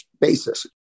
basis